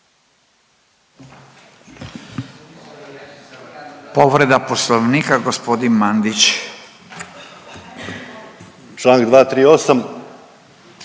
Povreda poslovnika g. Mandić.